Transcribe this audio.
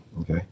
Okay